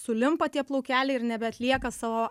sulimpa tie plaukeliai ir nebeatlieka savo